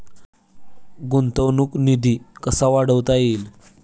गुंतवणूक निधी कसा वाढवता येईल?